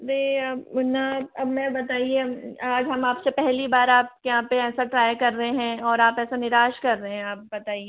वे अब ना अब मैं बताइए आज हम आपसे पहली बार आपके यहाँ पे ऐसा ट्राई कर रहे हैं और आप ऐसा निराश कर रहे हैं आप बताइए